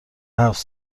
هفت